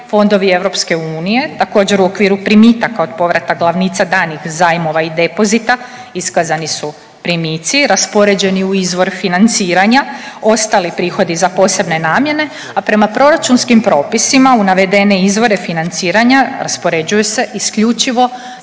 Fondovi EU također u okviru primitaka od povrata glavnica danih zajmova i depozita iskazani su primici raspoređeni u izvor financiranja ostali prihodi za posebne namjene, a prema proračunskim propisima u navedene izvore financiranja raspoređuju se isključivo